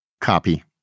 Copy